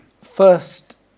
first